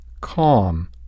calm